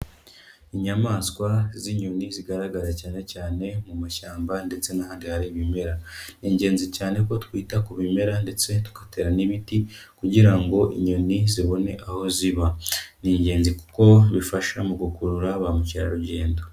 Inyamaswa z'inyoni zigaragara cyane cyane mu mashyamba ndetse n'ahandi hari ibimera. Ni ingenzi cyane ko twita ku bimera ndetse tugatera n'ibiti kugira ngo inyoni zibone aho ziba. Ni ingenzi kuko bifasha mu gukurura ba mukerarugendo.